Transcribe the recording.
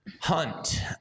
hunt